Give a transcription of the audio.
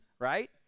right